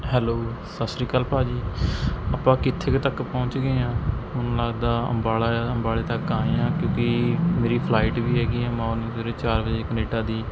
hello Sat Sri Akal ਭਾਜੀ ਆਪਾਂ ਕਿੱਥੇ ਕੁ ਤੱਕ ਪਹੁੰਚ ਗਏ ਹਾਂ ਮੈਨੂੰ ਲੱਗਦਾ ਅੰਬਾਲਾ ਯ ਅੰਬਾਲੇ ਤੱਕ ਆਏ ਹਾਂ ਕਿਉਂਕਿ ਮੇਰੀ ਫਲਾਈਟ ਵੀ ਹੈਗੀ ਹੈ ਮੌਰਨਿੰਗ ਸਵੇਰੇ ਚਾਰ ਵਜੇ ਕਨੇਡਾ ਦੀ